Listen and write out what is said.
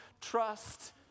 trust